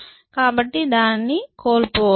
కాబట్టి దానిని కోల్పోవచ్చు